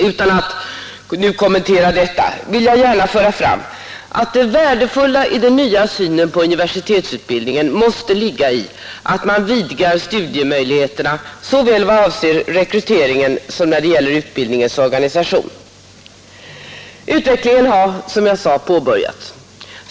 Utan att nu kommentera detta vill jag gärna föra fram att det värdefulla i den nya synen på universitetsutbildningen måste ligga i att man vidgar studiemöjligheterna såväl i vad avser rekryteringen som när det gäller utbildningens organisation. Utvecklingen har som jag sade påbörjats.